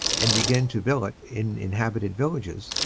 and began to billet in inhabited villages,